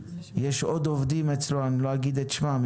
יש אצלם עוד עובדים ולא אנקוב בשמם אבל